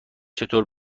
چطور